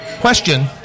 Question